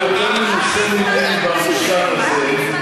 במשכן הזה.